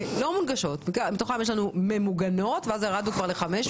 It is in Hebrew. מתוכן יש לנו כך וכך ממוגנות וירדנו כבר ל-500